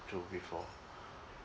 to before